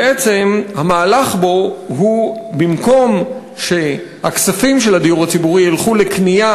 בעצם המהלך הוא שבמקום שהכספים של הדיור הציבורי ילכו לקנייה